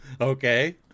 Okay